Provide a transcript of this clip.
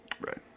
Right